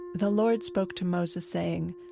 the lord spoke to moses, saying,